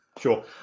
Sure